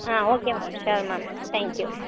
ah okay ma'am sure ma'am thank you